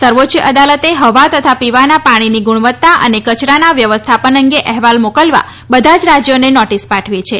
સર્વોચ્ય અદાલતે હવા તથા પીવાના પાણીની ગુણવત્તા અને કચરાના વ્યવસ્થાપન અંગે અહેવાલ મોકલવા બધા જ રાજ્યોને નોટીસ પાઠવી છે